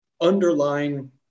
underlying